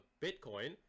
Bitcoin